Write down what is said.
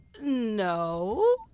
no